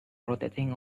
rotating